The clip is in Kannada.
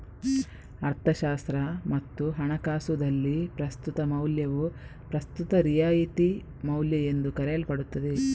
ಅರ್ಥಶಾಸ್ತ್ರ ಮತ್ತು ಹಣಕಾಸುದಲ್ಲಿ, ಪ್ರಸ್ತುತ ಮೌಲ್ಯವು ಪ್ರಸ್ತುತ ರಿಯಾಯಿತಿ ಮೌಲ್ಯಎಂದೂ ಕರೆಯಲ್ಪಡುತ್ತದೆ